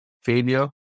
failure